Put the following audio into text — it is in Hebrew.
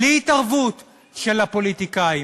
בלי התערבות של הפוליטיקאים.